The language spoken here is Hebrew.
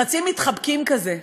חצי מתחבקים, כזה.